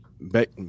Back